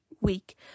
week